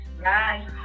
Bye